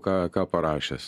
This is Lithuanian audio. ką ką parašęs